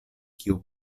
kiu